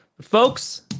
Folks